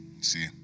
see